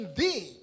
thee